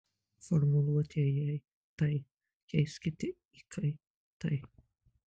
formuluotę jei tai keiskite į kai tai